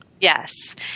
yes